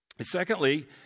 Secondly